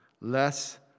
less